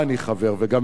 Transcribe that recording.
וגם את זה הבהרתי,